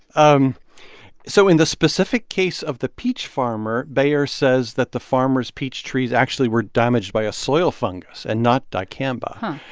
um so in the specific case of the peach farmer, bayer says that the farmer's peach trees actually were damaged by a soil fungus and not dicamba.